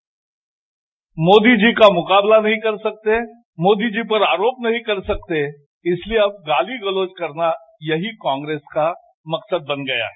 bite Modi ji का मुकाबला नहीं कर सकते मोदी जी पर आरोप नहीं कर सकते इसलिए अब गाली गलोज करना यही कांग्रेस का मकसद बन गया है